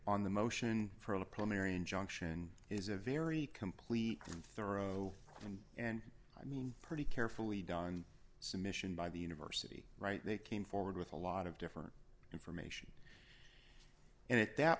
on the motion for a preliminary injunction is a very complete and thorough and and i mean pretty carefully done submission by the university right they came forward with a lot of different information and at that